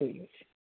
ঠিক আছে